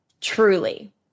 Truly